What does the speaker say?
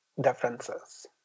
differences